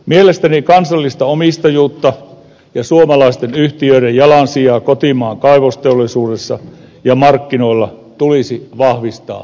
mielestäni kansallista omistajuutta ja suomalaisten yhtiöiden jalansijaa kotimaan kaivosteollisuudessa ja markkinoilla tulisi vahvistaa ja turvata